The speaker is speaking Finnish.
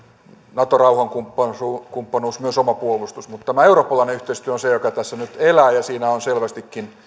nato rauhankumppanuus myös oma puolustus mutta tämä eurooppalainen yhteistyö on se joka tässä nyt elää ja siinä selvästikin